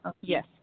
Yes